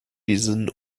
diesen